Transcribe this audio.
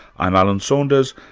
i'm alan saunders,